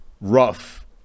rough